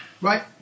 Right